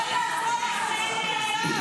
-- ותקבלו על המעשים שאתם